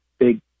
big